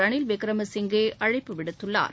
ரணில் விக்ரமசிங்கே அழைப்பு விடுத்துள்ளார்